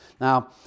Now